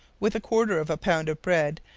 with a quarter of a pound of bread,